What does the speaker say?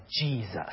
Jesus